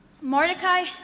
Mordecai